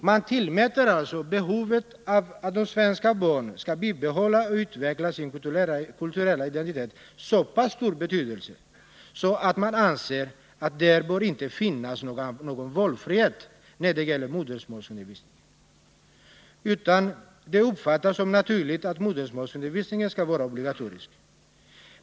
Man tillmäter alltså behovet av att de svenska barnen skall bibehålla och utveckla sin kulturella identitet så stor betydelse att man anser att det inte skall finnas någon valfrihet när det gäller modersmålsundervisningen. Det uppfattas helt enkelt som naturligt att modersmålsundervisningen skall vara obligatorisk.